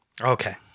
Okay